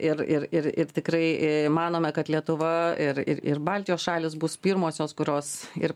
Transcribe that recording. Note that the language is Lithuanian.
ir ir ir ir tikrai į manome kad lietuva ir ir ir baltijos šalys bus pirmosios kurios ir